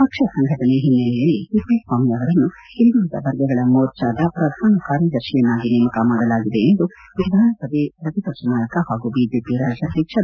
ಪಕ್ಷ ಸಂಘಟನೆ ಹಿನ್ನೆಲೆಯಲ್ಲಿ ತಿಪ್ಪೇಸ್ವಾಮಿ ಅವರನ್ನು ಹಿಂದುಳಿದ ವರ್ಗಗಳ ಮೋರ್ಚಾದ ಪ್ರಧಾನ ಕಾರ್ಯದರ್ಶಿಯನ್ನಾಗಿ ನೇಮಕ ಮಾಡಲಾಗಿದೆ ಎಂದು ವಿಧಾನಸಭೆ ಪ್ರತಿಪಕ್ಷ ನಾಯಕ ಹಾಗೂ ಬಿಜೆಪಿ ರಾಜ್ಯಾಧ್ಯಕ್ಷ ಬಿ